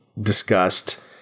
discussed